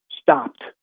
stopped